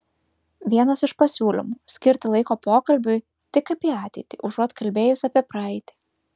vienas iš pasiūlymų skirti laiko pokalbiui tik apie ateitį užuot kalbėjus apie praeitį